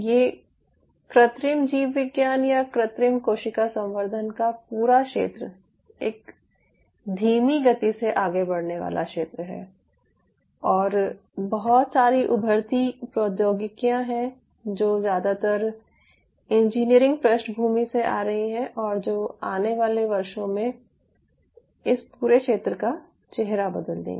ये कृत्रिम जीव विज्ञान या कृत्रिम कोशिका संवर्धन का पूरा क्षेत्र एक धीमी गति से आगे बढ़ने वाला क्षेत्र है और बहुत सारी उभरती प्रौद्योगिकियां हैं जो ज्यादातर इंजीनियरिंग पृष्ठभूमि से आ रही हैं और जो आने वाले वर्षों में इस पूरे क्षेत्र का चेहरा बदल देंगी